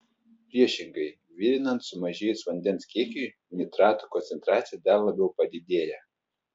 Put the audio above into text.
priešingai virinant sumažėjus vandens kiekiui nitratų koncentracija dar labiau padidėja